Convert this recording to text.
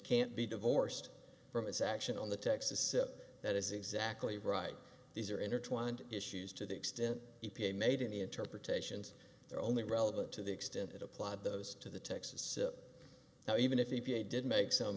can't be divorced from its action on the texas it that is exactly right these are intertwined issues to the extent e p a made any interpretations they're only relevant to the extent it applied those to the texas it now even if they did make some